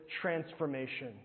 transformation